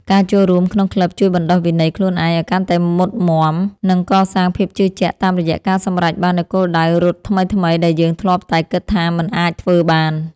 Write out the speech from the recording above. ការចូលរួមក្នុងក្លឹបជួយបណ្ដុះវិន័យខ្លួនឯងឱ្យកាន់តែមុតមាំ និងកសាងភាពជឿជាក់តាមរយៈការសម្រេចបាននូវគោលដៅរត់ថ្មីៗដែលយើងធ្លាប់តែគិតថាមិនអាចធ្វើបាន។